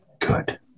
good